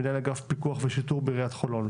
מנהל אגף פיקוח ושיטור עירוני בעיריית חולון.